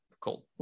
cool